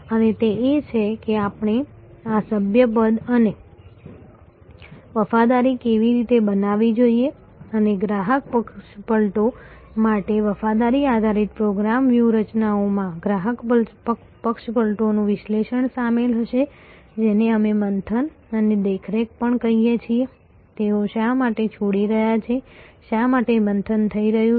અને તે એ છે કે આપણે આ સભ્યપદ અને વફાદારી કેવી રીતે બનાવવી જોઈએ અને ગ્રાહક પક્ષપલટો માટે વફાદારી આધારિત પ્રોગ્રામ વ્યૂહરચનાઓમાં ગ્રાહક પક્ષપલટોનું વિશ્લેષણ શામેલ હશે જેને અમે મંથન અને દેખરેખ પણ કહીએ છીએ તેઓ શા માટે છોડી રહ્યા છે શા માટે મંથન થઈ રહ્યું છે